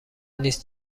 نیست